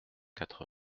quatre